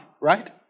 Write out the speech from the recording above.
Right